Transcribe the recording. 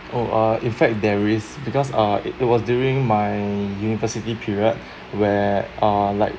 oh uh in fact there is because uh it was during my university period where uh like